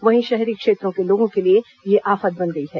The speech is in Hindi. वहीं शहरी क्षेत्रों के लोगों के लिए यह आफत बन रही है